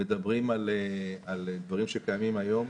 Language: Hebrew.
מדברים על דברים שקיימים היום,